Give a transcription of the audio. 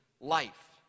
life